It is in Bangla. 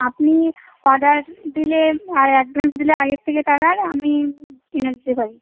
আপনি অর্ডার দিলে আর অ্যাডভান্স দিলে আগের থেকে টাকার আমি কিনে দিতে পারি